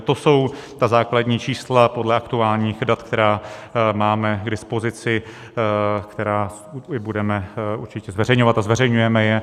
To jsou ta základní čísla podle aktuálních dat, která máme k dispozici, která budeme určitě zveřejňovat, a zveřejňujeme je.